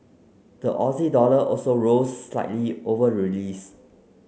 the Aussie dollar also rose slightly over release